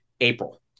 April